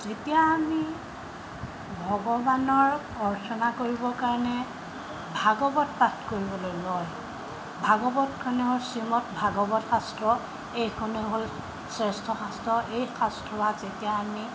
যেতিয়া আমি ভগৱানৰ অৰ্চনা কৰিবৰ কাৰণে ভাগৱত পাঠ কৰিবলৈ লয় ভাগৱতখনৰ শ্ৰীমদ ভাগৱত শাস্ত্ৰ এইখনে হ'ল শ্ৰেষ্ঠ শাস্ত্ৰ এই শাস্ত্ৰত যেতিয়া আমি